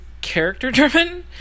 character-driven